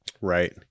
Right